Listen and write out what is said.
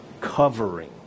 covering